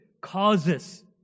causes